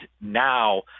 now